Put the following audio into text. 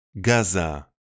Gaza